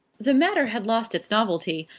the matter had lost its novelty,